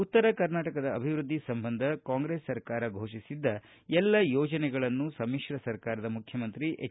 ಉತ್ತರ ಕರ್ನಾಟಕದ ಅಭಿವೃದ್ಧಿ ಸಂಬಂಧ ಕಾಂಗ್ರೆಸ್ ಸರ್ಕಾರ ಘೋಷಿಸಿದ್ದ ಎಲ್ಲ ಯೋಜನೆಗಳನ್ನು ಸಮ್ಮಶ್ರ ಸರ್ಕಾರದ ಮುಖ್ಯಮಂತ್ರಿ ಎಚ್